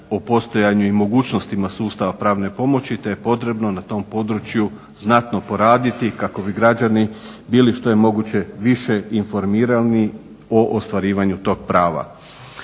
o postojanju i mogućnostima sustava pravne pomoći te je potrebno na tom području znatno poraditi kako bi građani bili što je moguće više informirani o ostvarivanju tog prava.